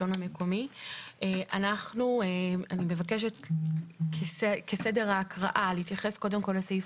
אני מבקשת כסדר ההקראה להתייחס קודם כל לסעיף